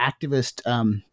activist